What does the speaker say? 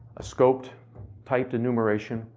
scoped type enumeration,